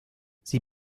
sie